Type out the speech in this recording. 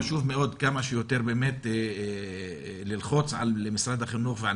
חשוב מאוד כמה שיותר ללחוץ על משרד החינוך ועל